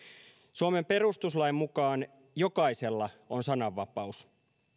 suomen perustuslain mukaan jokaisella on sananvapaus